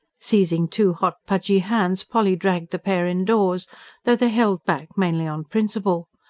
seizing two hot, pudgy hands polly dragged the pair indoors though they held back mainly on principle.